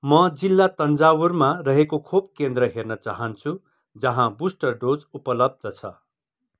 म जिल्ला तञ्जावुरमा रहेको खोप केन्द्र हेर्न चाहन्छु जहाँ बुस्टर डोज उपलब्ध छ